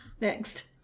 next